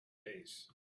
days